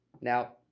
Now